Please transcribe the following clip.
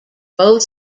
both